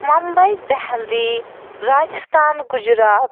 Mumbai Delhi Rajasthan Gujarat